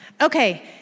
Okay